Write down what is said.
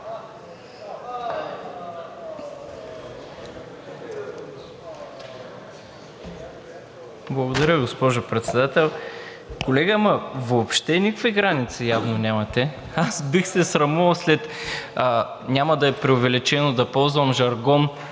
Благодаря, госпожо Председател. Колега, ама въобще никакви граници явно нямате. Аз бих се срамувал, няма да е преувеличено да ползвам жаргон,